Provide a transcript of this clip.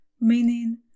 Meaning